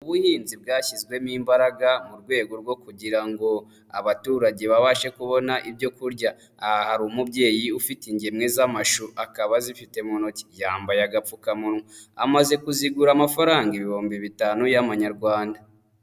Ubuhinzi bwashyizwemo imbaraga, mu rwego rwo kugira ngo abaturage babashe kubona ibyo kurya. Aha hari umubyeyi ufite ingemwe z'amashu, akaba azifite mu ntoki. Yambaye agapfukamunwa. Amaze kuzigura amafaranga ibihumbi bitanu y'amanyarwanda.